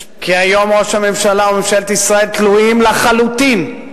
כי היום ראש הממשלה וממשלת ישראל תלויים לחלוטין,